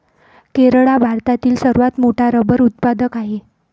केरळ हा भारतातील सर्वात मोठा रबर उत्पादक आहे